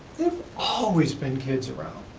always been kids around.